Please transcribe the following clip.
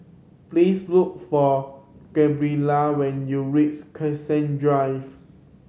please look for Gabriella when you reach Cassia Drive